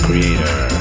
Creator